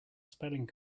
spelling